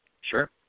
Sure